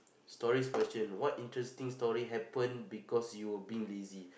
stories question what interesting story happen because you were being lazy